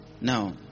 No